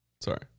Sorry